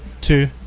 Two